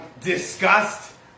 Disgust